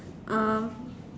um